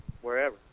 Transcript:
wherever